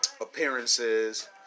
Appearances